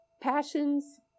passions